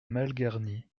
malgarnie